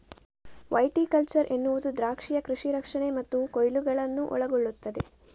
viticulture ಎನ್ನುವುದು ದ್ರಾಕ್ಷಿಯ ಕೃಷಿ ರಕ್ಷಣೆ ಮತ್ತು ಕೊಯ್ಲುಗಳನ್ನು ಒಳಗೊಳ್ಳುತ್ತದೆ